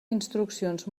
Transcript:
instruccions